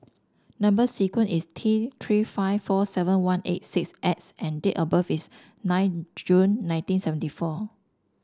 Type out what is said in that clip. number sequence is T Three five four seven one eight six X and date of birth is nine June nineteen seventy four